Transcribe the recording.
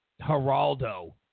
Geraldo